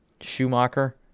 Schumacher